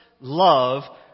love